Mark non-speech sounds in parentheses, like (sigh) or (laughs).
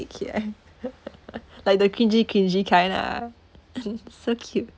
I (laughs) like the cringey cringey kind ah (laughs) so cute